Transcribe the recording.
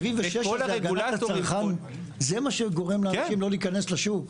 ה-76 להגנת הצרכן זה מה שגורם לאנשים לא להיכנס לשוק?